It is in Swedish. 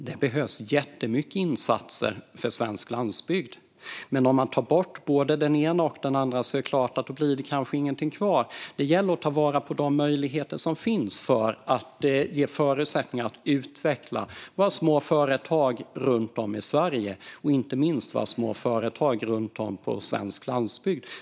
Det behövs jättemycket insatser för svensk landsbygd, men om man tar bort både det ena och det andra är det klart att det kanske inte blir något kvar. Det gäller att ta vara på de möjligheter som finns för att ge förutsättningar att utveckla små företag runt om i Sverige, inte minst på den svenska landsbygden.